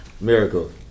Miracle